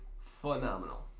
phenomenal